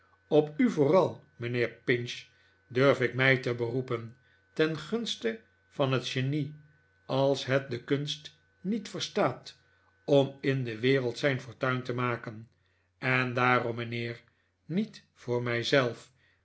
op u vooral mijnheer pinch durf ik mij te beroepen ten gunste van het genie als het de kunst niet verstaat om in de wereld zijn fortuin te maken en daarom mijnheer niet voor